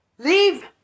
Leave